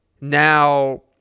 now